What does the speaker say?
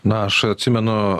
na aš atsimenu